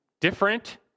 different